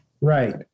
Right